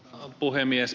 arvoisa puhemies